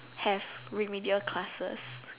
have remedial classes